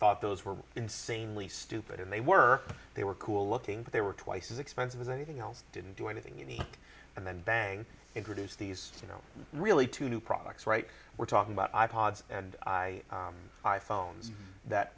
thought those were insanely stupid and they were they were cool looking but they were twice as expensive as anything else didn't do anything unique and then bang it produced these you know really two new products right we're talking about i pods and i i phones that